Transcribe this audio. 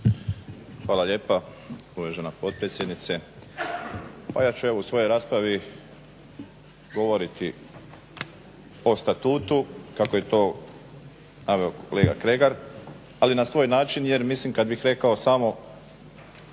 Hvala lijepa uvažena potpredsjednice. Pa ja ću evo u svojoj raspravi govoriti o Statutu kako je to naveo kolega Kregar, ali na svoj način. Jer mislim kad bih rekao samo